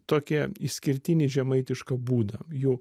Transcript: tokią išskirtinį žemaitišką būdą jų